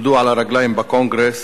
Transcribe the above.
עמדו על הרגליים בקונגרס